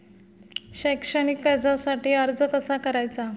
शैक्षणिक कर्जासाठी अर्ज कसा करायचा?